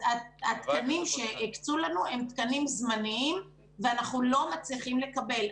התקנים שהקצו לנו הם תקנים זמניים ואנחנו לא מצליחים לקבל.